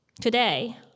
Today